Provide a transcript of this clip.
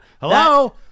hello